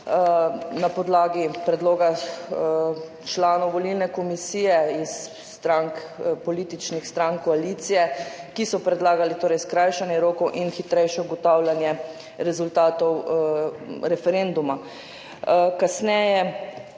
Na podlagi predloga članov volilne komisije iz strank, političnih strank koalicije, ki so predlagali torej skrajšanje rokov in hitrejše ugotavljanje rezultatov referenduma. Kasneje